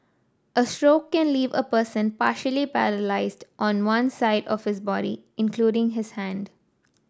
a stroke can leave a person partially paralysed on one side of his body including the hand